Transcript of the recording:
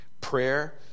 Prayer